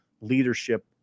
leadership